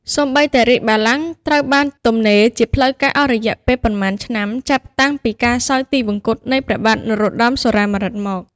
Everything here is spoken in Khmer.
សូម្បីតែរាជបល្ល័ង្កត្រូវបានទំនេរជាផ្លូវការអស់រយៈពេលប៉ុន្មានឆ្នាំចាប់តាំងពីការសោយទីវង្គតនៃព្រះបាទនរោត្តម សុរាម្រិតមក។